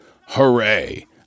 Hooray